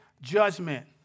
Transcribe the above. judgment